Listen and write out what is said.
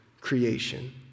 creation